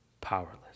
powerless